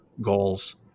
goals